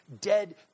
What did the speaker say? dead